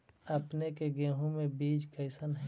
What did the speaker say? अपने के गेहूं के बीज कैसन है?